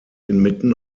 inmitten